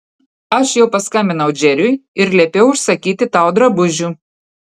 aš jau paskambinau džeriui ir liepiau užsakyti tau drabužių